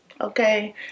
Okay